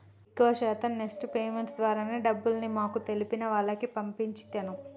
ఎక్కువ శాతం NEFT payments ద్వారానే డబ్బుల్ని మాకు తెలిసిన వాళ్లకి పంపించినం